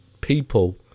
people